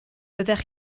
byddech